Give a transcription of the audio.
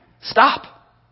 stop